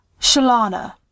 Shalana